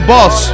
Boss